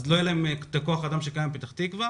לא יהיה להם את כוח האדם שקיים בפתח תקווה.